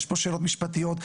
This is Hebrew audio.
יש פה שאלות משפטיות,